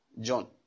John